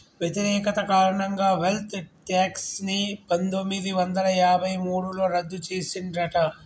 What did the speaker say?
వ్యతిరేకత కారణంగా wealth tax ని పందొమ్మిది వందల యాభై మూడులో రద్దు చేసిండ్రట